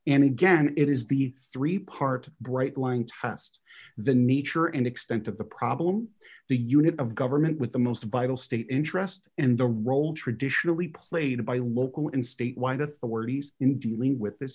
and again it is the three part bright line test the nature and extent of the problem the unit of government with the most vital state interest and the role traditionally played by local and statewide authorities in dealing with this